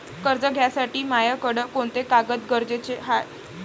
कर्ज घ्यासाठी मायाकडं कोंते कागद गरजेचे हाय?